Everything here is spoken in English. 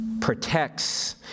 protects